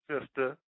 sister